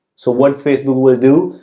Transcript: so, what facebook will do,